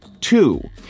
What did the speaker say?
Two